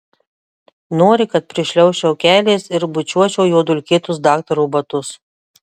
nori kad prišliaužčiau keliais ir bučiuočiau jo dulkėtus daktaro batus